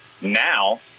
now